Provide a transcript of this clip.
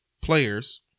players